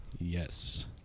Yes